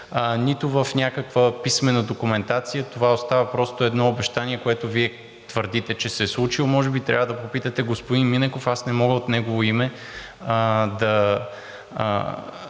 нито в някаква писмена документация. Това остава просто едно обещание, което Вие твърдите, че се е случило. Може би трябва да попитате господин Минеков, аз не мога от негово име да